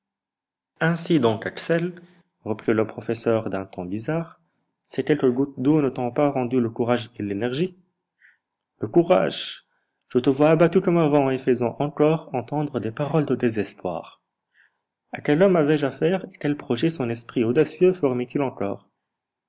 ainsi donc axel reprit le professeur d'un ton bizarre ces quelques gouttes d'eau ne t'ont pas rendu le courage et l'énergie le courage je te vois abattu comme avant et faisant encore entendre des paroles de désespoir a quel homme avais-je affaire et quels projets son esprit audacieux formait il encore